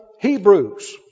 Hebrews